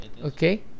okay